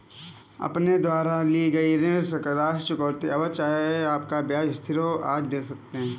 अपने द्वारा ली गई ऋण राशि, चुकौती अवधि, चाहे आपका ब्याज स्थिर हो, आदि देख सकते हैं